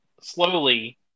slowly